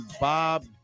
Bob